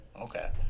Okay